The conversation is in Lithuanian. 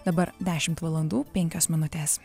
dabar dešimt valandų penkios minutes